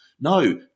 no